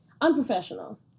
unprofessional